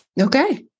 Okay